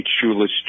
Shoeless